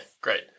great